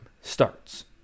starts